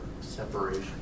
Separation